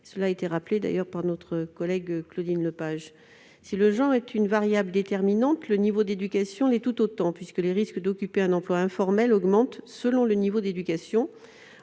davantage fragilisé ces travailleuses. Si le genre est une variable déterminante, le niveau d'éducation l'est tout autant, puisque les risques d'occuper un emploi informel augmentent selon le niveau d'éducation.